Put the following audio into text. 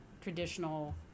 traditional